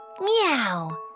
meow